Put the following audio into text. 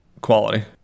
quality